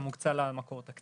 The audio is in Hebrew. גם הוקצה לה מקור תקציבי.